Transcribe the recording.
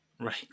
Right